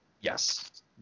yes